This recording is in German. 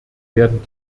werden